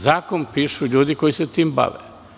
Zakon pišu ljudi koji se sa tim pive.